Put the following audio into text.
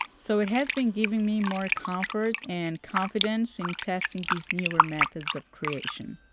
so it has been giving me more comfort and confidence in testing these newer methods of creation.